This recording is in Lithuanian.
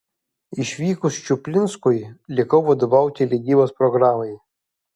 išvykus čuplinskui likau vadovauti leidybos programai